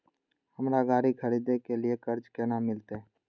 हमरा गाड़ी खरदे के लिए कर्जा केना मिलते?